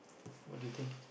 what do you think